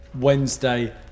Wednesday